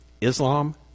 Islam